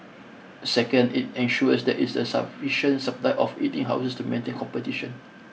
second it ensures there is a sufficient supply of eating houses to maintain competition